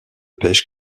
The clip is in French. pêche